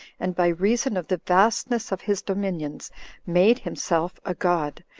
and by reason of the vastness of his dominions made himself a god,